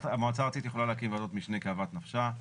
המועצה הארצית יכולה להקים ועדות משנה כאוות נפשה.